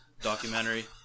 documentary